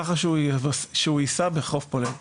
ככה שהוא יישא בחוף פולג.